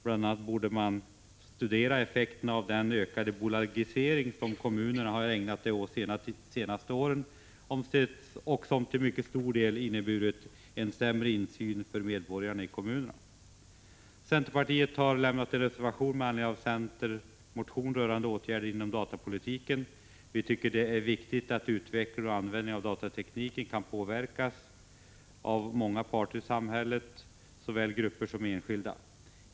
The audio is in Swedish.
Bl.a. borde man studera effekterna av den ökade bolagisering som kommunerna har ägnat sig åt under de senaste åren och som till mycket stor del har inneburit en sämre insyn för medborgarna i kommunerna. Centerpartiet har avgivit en reservation med anledning av en centermotion rörande åtgärder inom datapolitiken. Vi anser att det är viktigt att utvecklingen och användningen av datatekniken kan påverkas av många parter i samhället, såväl grupper som enskilda.